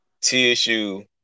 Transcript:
TSU